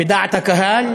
בדעת הקהל